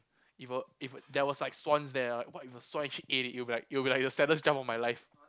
if a if there was like swans there what if a swan actually eat it it would be like it would be like the saddest jump of my life